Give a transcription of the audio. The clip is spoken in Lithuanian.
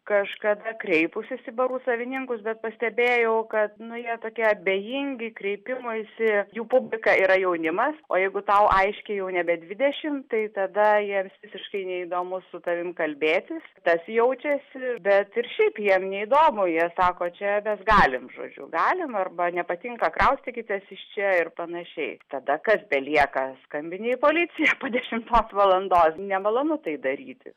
kažkada kreipusis į barų savininkus bet pastebėjau kad nu jie tokie abejingi kreipimuisi jų publika yra jaunimas o jeigu tau aiškiai jau nebe dvidešim tai tada jiems visiškai neįdomu su tavim kalbėtis tas jaučiasi bet ir šiaip jiem neįdomu jie sako čia mes galim žodžiu galim arba nepatinka kraustykitės iš čia ir panašiai tada kas belieka skambini į policiją po dešimtos valandos nemalonu tai daryti